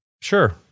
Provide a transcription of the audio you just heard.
Sure